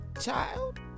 child